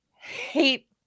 hate